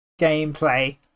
gameplay